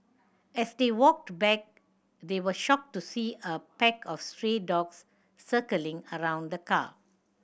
as they walked back they were shocked to see a pack of stray dogs circling around the car